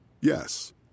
Yes